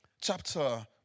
chapter